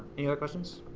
any other questions?